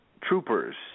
troopers